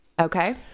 Okay